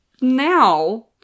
now